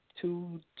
two